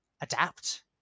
adapt